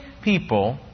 people